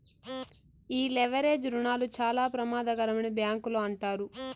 ఈ లెవరేజ్ రుణాలు చాలా ప్రమాదకరమని బ్యాంకులు అంటారు